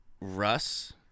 Russ